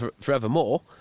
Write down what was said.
forevermore